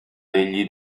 degli